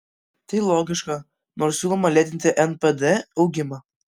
tai logiška nors siūloma lėtinti npd augimą